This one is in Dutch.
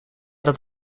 dat